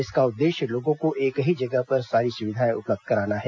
इसका उद्देश्य लोगों को एक ही जगह पर सारी सुविधाएं उपलब्ध कराना है